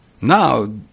Now